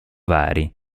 vari